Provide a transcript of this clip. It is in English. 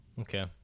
Okay